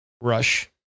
Rush